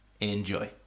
Enjoy